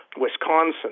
Wisconsin